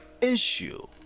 issue